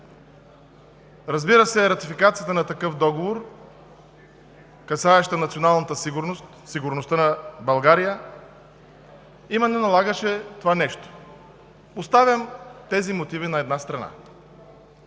Разбира се, ратификацията на такъв договор, касаеща националната сигурност, сигурността на България, именно налагаше това нещо. Оставям тези мотиви на една страна.